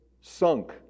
sunk